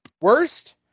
Worst